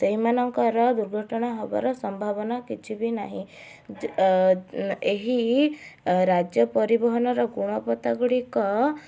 ସେଇମାନଙ୍କର ଦୁର୍ଘଟଣା ହବାର ସମ୍ଭାବନା କିଛି ବି ନାହିଁ ଏହି ରାଜ୍ୟ ପରିବହନର ଗୁଣବତ୍ତା ଗୁଡ଼ିକ